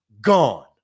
gone